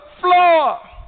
floor